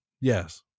Yes